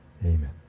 Amen